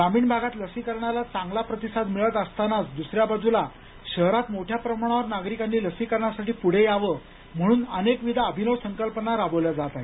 ग्रामीण भागात लसीकरणाला चांगला प्रतिसाद मिळत असतानाच दुसऱ्या बाजूला शहरात मोठ्या प्रमाणावर नागरिकांनी लसीकरणासाठी पुढे यावं म्हणून अनेकविध अभिनव संकल्पना राबवल्या जात आहेत